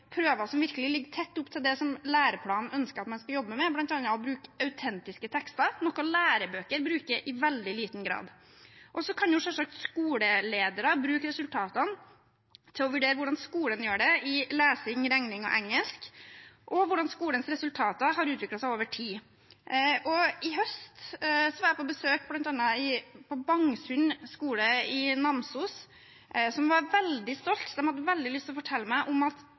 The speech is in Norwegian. som læreplanen ønsker at man skal jobbe med, bl.a. å bruke autentiske tekster, noe lærebøker bruker i veldig liten grad. Så kan selvsagt skoleledere bruke resultatene til å vurdere hvordan skolen gjør det i lesing, regning og engelsk, og hvordan skolens resultater har utviklet seg over tid. I høst var jeg bl.a. på besøk på Bangsund skole i Namsos. De var veldig stolte, de hadde veldig lyst til å fortelle meg at nå hadde de fått høre at